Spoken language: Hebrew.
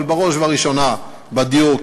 אבל בראש וראשונה בדיור,